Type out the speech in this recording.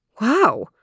Wow